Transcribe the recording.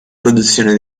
produzione